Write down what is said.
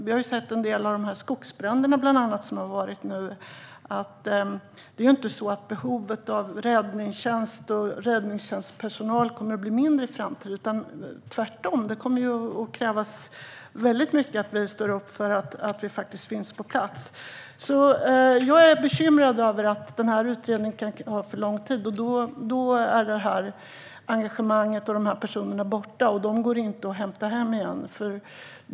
Vi har sett de skogsbränder som har varit. Behovet av räddningstjänst och räddningstjänstpersonal kommer inte att bli mindre i framtiden, tvärtom. Det kommer att krävas att vi står upp för att de ska finnas på plats. Jag är bekymrad över att utredningen tar för lång tid. Sedan är detta engagemang och dessa personer borta, och de går inte att hämta hem igen.